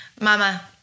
Mama